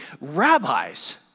rabbis